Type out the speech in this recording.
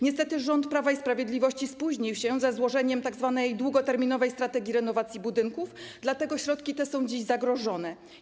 Niestety rząd Prawa i Sprawiedliwości spóźnił się ze złożeniem tzw. długoterminowej strategii renowacji budynków, dlatego te środki są dziś zagrożone.